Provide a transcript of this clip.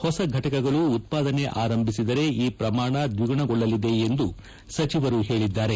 ಹೊಸ ಫಟಕಗಳು ಉತ್ಪಾದನೆ ಆರಂಭಿಸಿದರೆ ಈ ಪ್ರಮಾಣ ದ್ವಿಗುಣಗೊಳ್ಳಲಿದೆ ಎಂದು ಸಚಿವರು ಹೇಳಿದ್ದಾರೆ